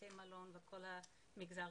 בתי מלון וכל המגזר.